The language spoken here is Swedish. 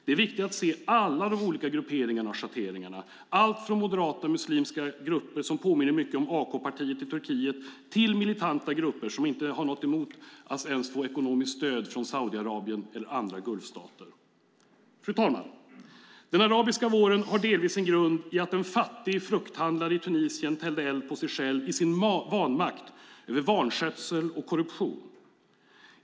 Det är viktigt att se alla olika grupperingar och schatteringar - allt från moderata muslimska grupper som mycket påminner om AK-partiet i Turkiet till militanta grupper som inte har något emot ens att få ekonomiskt stöd från Saudiarabien eller andra gulfstater. Fru talman! Arabiska våren har delvis sin grund i att en fattig frukthandlare i Tunisien i sin vanmakt över vanskötsel och korruption tände eld på sig själv.